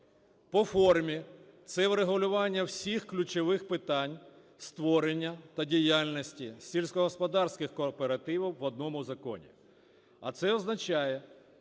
По формі це врегулювання всіх ключових питань створення та діяльності сільськогосподарських кооперативів в одному законі.